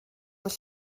holl